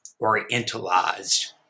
orientalized